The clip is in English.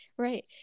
right